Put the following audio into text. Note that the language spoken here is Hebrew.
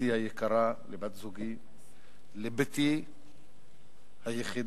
לאשתי היקרה, לבת-זוגי, לבתי היחידה,